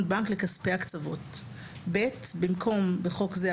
בנק לכספי הקצבות"; במקום "(בחוק זה,